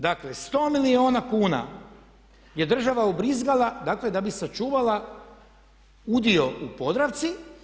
Dakle 100 milijuna kuna je država ubrizgala dakle da bi sačuvala udio u Podravci.